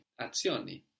Azioni